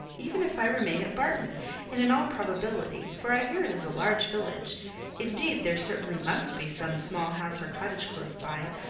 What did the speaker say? even if i remain at barton and in all probability for i hear it is a large village indeed there certainly must be some small house or cottage close by,